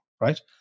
right